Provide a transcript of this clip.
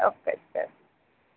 okay okay